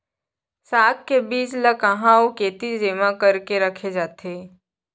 साग के बीज ला कहाँ अऊ केती जेमा करके रखे जाथे?